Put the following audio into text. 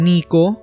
Nico